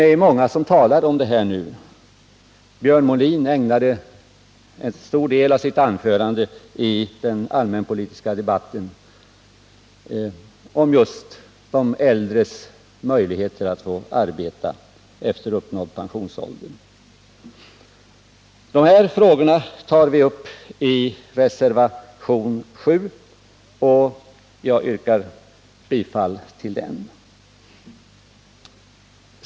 Det är många som talar om detta nu; Björn Molin ägnade en stor del av sitt anförande i den allmänpolitiska debatten åt just de äldres möjligheter att få arbeta efter uppnådd pensionsålder. Dessa frågor tar vi upp i reservationen 7, och jag yrkar bifall till den.